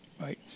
Right